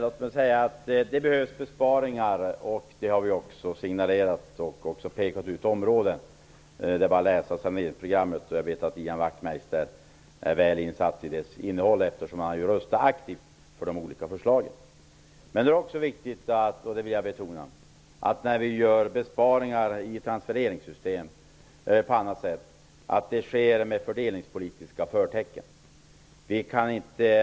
Fru talman! Det behövs besparingar. Det har vi signalerat, och vi har även pekat ut områden. Det är bara att läsa saneringsprogrammet. Jag vet att Ian Wachtmeister är väl insatt i dess innehåll, eftersom han har röstat aktivt för de olika förslagen. Men det är också viktigt att de besparingar vi gör på annat sätt i transfereringssystem sker med fördelningspolitiska förtecken. Det vill jag betona.